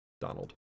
Donald